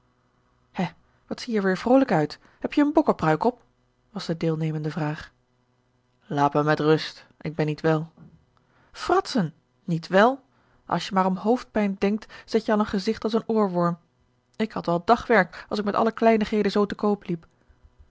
he wat zie je er weêr vrolijk uit heb je eene bokkepruik op was de deelnemende vraag laat mij met rust ik ben niet wel fratsen niet wel als je maar om hoofdpijn denkt zet je al een gezigt als een oorworm ik had wel dagwerk als ik met alle kleinigheden zoo te koop liep